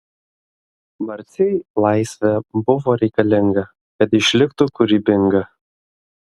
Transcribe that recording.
marcei laisvė buvo reikalinga kad išliktų kūrybinga